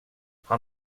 han